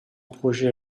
projet